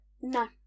No